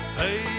hey